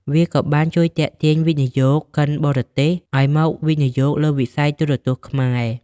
វាក៏បានជួយទាក់ទាញវិនិយោគិនបរទេសឱ្យមកវិនិយោគលើវិស័យទូរទស្សន៍ខ្មែរ។